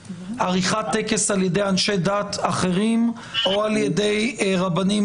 עריכת טקס על ידי אנשי דת אחרים או על ידי רבנים